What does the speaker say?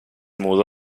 mudó